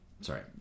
sorry